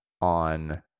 on